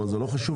זה לא חשוב